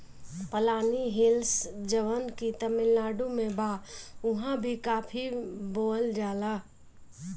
पलानी हिल्स जवन की तमिलनाडु में बा उहाँ भी काफी बोअल जाला